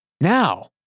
now